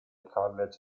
college